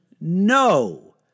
no